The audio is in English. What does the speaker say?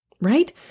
right